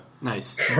Nice